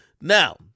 Now